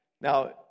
Now